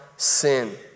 Sin